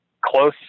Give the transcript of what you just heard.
close